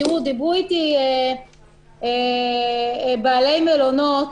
דיברו אתי בעלי מלונות.